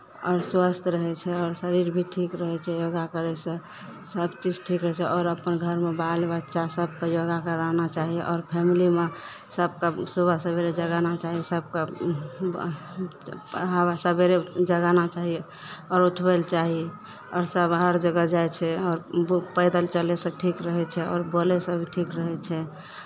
आओर स्वस्थ रहै छै आओर शरीर भी ठीक रहै छै योगा करयसँ हरचीज ठीक रहै छै आओर अपन घरमे बालबच्चा सभकेँ योगा कराना चाही आओर फैमलीमे सभकेँ सुबह सवेरे जगाना चाही सभकेँ हवा सवेरे जगाना आओर उठबय लए चाही आओर सभ हर जगह जाइ छै आओर पैदल चलयसँ ठीक रहै छै आओर बोलयसँ भी ठीक रहै छै